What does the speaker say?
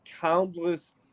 Countless